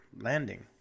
landing